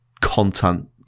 content